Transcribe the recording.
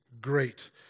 great